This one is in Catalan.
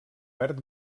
verd